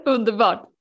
Underbart